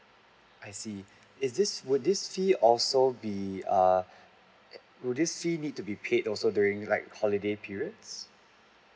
I see is this would this fee also be err would this fee need to be paid also during like holiday periods